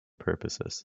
purposes